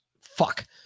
fuck